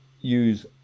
use